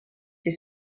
est